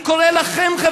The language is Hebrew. אני קורא לכם,